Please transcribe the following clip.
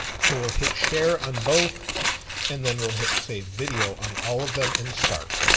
so we'll hit share on both and then we'll hit save video on all of them and start,